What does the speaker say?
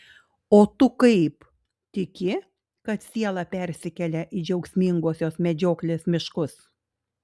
o tu kaip tiki kad siela persikelia į džiaugsmingosios medžioklės miškus